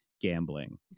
gambling